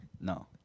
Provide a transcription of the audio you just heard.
No